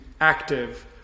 active